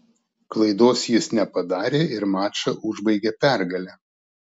klaidos jis nepadarė ir mačą užbaigė pergale